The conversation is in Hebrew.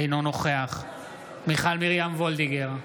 אינו נוכח מיכל מרים וולדיגר,